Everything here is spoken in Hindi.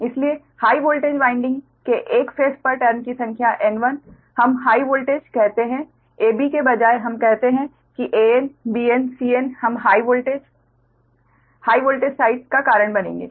इसलिए हाइ वोल्टेज वाइंडिंग के एक फेस पर टर्न की संख्या N1 हम हाइ वोल्टेज कहते हैं AB के बजाय हम कहते हैं कि AN BN CN हम high voltage high voltage side का कारण बनेंगे